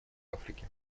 африке